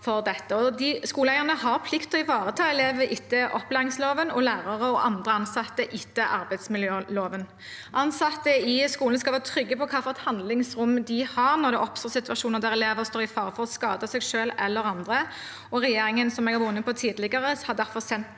Skoleeierne har plikt til å ivareta elever etter opplæringsloven, og lærere og andre ansatte etter arbeidsmiljøloven. Ansatte i skolen skal være trygge på hvilket handlingsrom de har når det oppstår situasjoner der elever står i fare for å skade seg selv eller andre. Som jeg har vært inne på tidligere, har regjeringen